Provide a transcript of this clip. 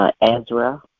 Ezra